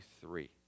three